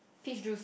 peach juice